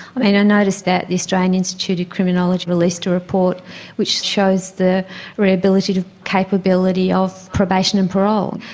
um and notice that the australian institute of criminology released a report which shows the rehabilitative capability of probation and parole,